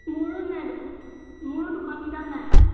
মোৰো নাই দুখন মোৰো দুখন কিতাপ নাই